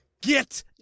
get